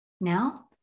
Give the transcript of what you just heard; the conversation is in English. Now